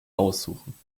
aussuchen